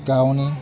गावनि